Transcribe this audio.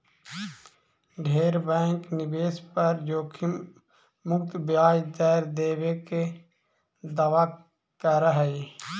ढेर बैंक निवेश पर जोखिम मुक्त ब्याज दर देबे के दावा कर हई